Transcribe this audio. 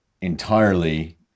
entirely